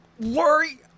worry